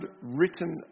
written